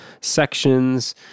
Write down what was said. sections